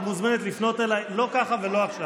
את מוזמנת לפנות אליי, לא ככה ולא עכשיו.